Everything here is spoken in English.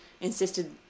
insisted